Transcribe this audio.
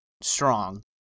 strong